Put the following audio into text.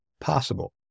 possible